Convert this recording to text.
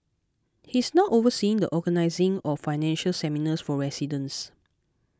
he is now overseeing the organising of financial seminars for residents